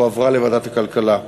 והועברה לוועדת הכלכלה.